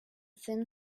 thin